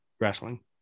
wrestling